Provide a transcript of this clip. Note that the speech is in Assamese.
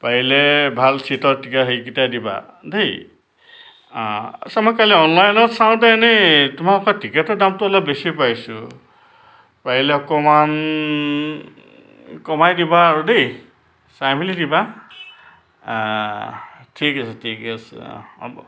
পাৰিলে ভাল চিটত হেৰিকেইটা দিবা দেই আচ্ছা মই কালি অনলাইনত চাওঁতে এনেই তোমালোকৰ টিকেটৰ দামটো অলপ বেছি পাইছোঁ পাৰিলে অকণমান কমাই দিবা আৰু দেই চাই মেলি দিবা ঠিক আছে ঠিক আছে হ'ব